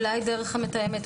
אולי דרך המתאמת,